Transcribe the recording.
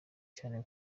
cyane